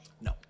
No